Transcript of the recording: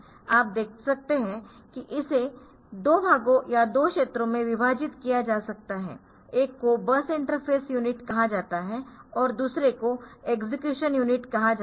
आप देख सकते है कि इसे 2 भागों या 2 क्षेत्रों में विभाजित किया जा सकता है एक को बस इंटरफ़ेस यूनिट कहा जाता है और दूसरे को एक्सेक्यूशन यूनिट कहा जाता है